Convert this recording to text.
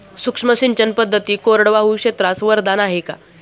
सूक्ष्म सिंचन पद्धती कोरडवाहू क्षेत्रास वरदान आहे का?